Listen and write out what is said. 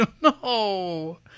no